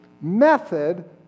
method